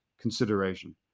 consideration